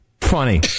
Funny